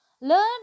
Learn